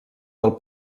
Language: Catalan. del